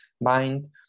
mind